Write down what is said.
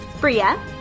bria